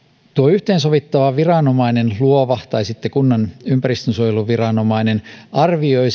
yhteensovittava viranomainen luova tai sitten kunnan ympäristönsuojeluviranomainen arvioi